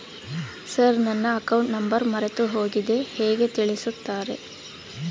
Sir ನನ್ನ account number ಮರೆತುಹೋಗಿದೆ ಹೇಗೆ ತಿಳಿಸುತ್ತಾರೆ?